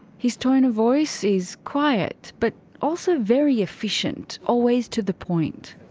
his tone of voice is quiet. but also very efficient. always to the point.